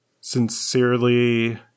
sincerely